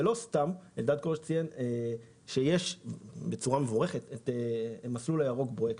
ולא סתם אלדד כורש ציין שישנו המסלול הירוק בוהק.